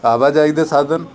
ਆਵਾਜਾਈ ਦੇ ਸਾਧਨ